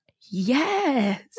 Yes